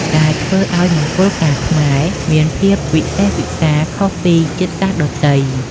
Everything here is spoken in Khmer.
ដែលធ្វើឱ្យមង្គលការខ្មែរមានភាពវិសេសវិសាលខុសពីជាតិសាសន៍ដទៃ។